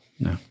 No